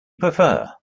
prefer